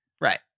Right